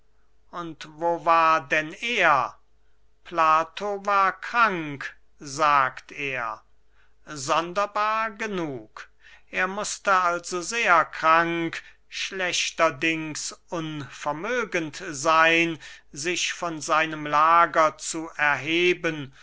und wo war denn er plato war krank sagt er sonderbar genug er mußte also sehr krank schlechterdings unvermögend seyn sich von seinem lager zu erheben